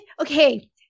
Okay